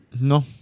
No